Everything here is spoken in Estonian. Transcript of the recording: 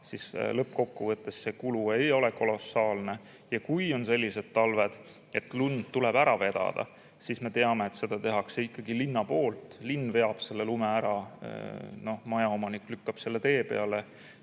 siis lõppkokkuvõttes see kulu ei ole kolossaalne. Ja kui on sellised talved, et lund tuleb ära vedada, siis me teame, et seda teeb ikkagi linn. Linn veab lume ära. Majaomanik lükkab selle tee peale,